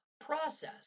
process